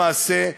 למעשה,